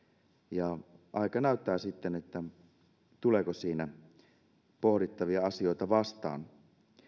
ja aika näyttää sitten tuleeko siinä pohdittavia asioita vastaan